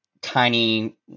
tiny